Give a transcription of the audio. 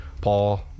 paul